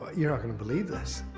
you're not going to believe this.